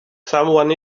someone